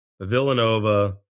Villanova